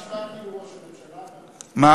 רבותי, לכל חרם, מקבלים חרם חזרה.